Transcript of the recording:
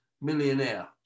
millionaire